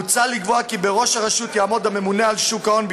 מוצע לקבוע כי בראש הרשות יעמוד הממונה על שוק ההון,